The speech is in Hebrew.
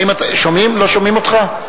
לא שומעים אותך?